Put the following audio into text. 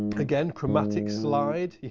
again, chromatic slide.